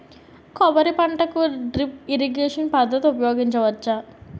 కొబ్బరి పంట కి డ్రిప్ ఇరిగేషన్ పద్ధతి ఉపయగించవచ్చా?